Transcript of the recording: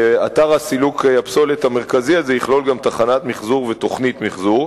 ואתר סילוק הפסולת המרכזי הזה יכלול גם תחנת מיחזור ותוכנית מיחזור.